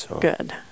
Good